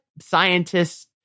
scientists